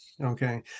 Okay